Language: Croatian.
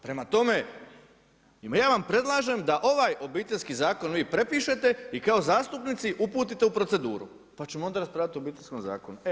Prema tome, ja vam predlažem da ovaj Obiteljski zakon vi prepišete i kao zastupnici uputite u proceduru, pa ćemo onda raspravljat o Obiteljskom zakonu.